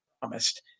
promised